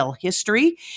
history